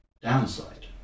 downside